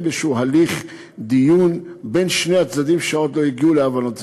בהליך דיון כלשהו בין שני הצדדים שעוד לא הגיעו להבנות.